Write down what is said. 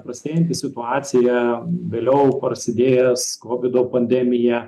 prastėjanti situacija vėliau prasidėjęs kovido pandemija